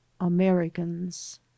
Americans